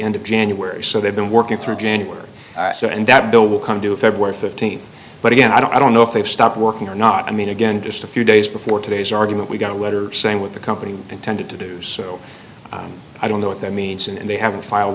end of january so they've been working through january so and that bill will come due february fifteenth but again i don't know if they've stopped working or not i mean again just a few days before today's argument we got a letter saying what the company intended to do so i don't know what that means and they haven't f